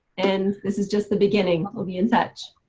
and this is just the beginning. we'll be in touch.